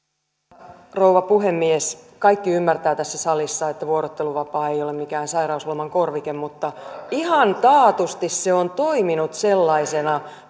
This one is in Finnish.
arvoisa rouva puhemies kaikki ymmärtävät tässä salissa että vuorotteluvapaa ei ole mikään sairausloman korvike mutta ihan taatusti se on toiminut sellaisena